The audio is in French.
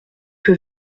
que